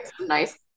nice